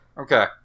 Okay